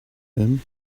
him